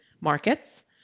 markets –